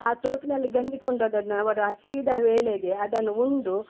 ಆ ತೋಪಿನಲ್ಲಿ ಗಂಜಿ ಕೊಂಡೋದದು ನಾವು ಅವ್ರ್ ಹಸಿದ ವೇಳೆಗೆ ಅದನ್ನು ಉಂಡು